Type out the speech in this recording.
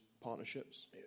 partnerships